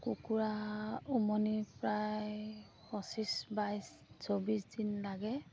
কুকুৰা উমনি প্ৰায় পঁচিছ বাইছ চৌব্বিছ দিন লাগে